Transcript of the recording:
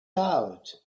out